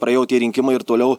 praėjo tie rinkimai ir toliau